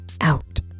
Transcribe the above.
out